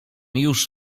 już